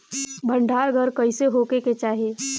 भंडार घर कईसे होखे के चाही?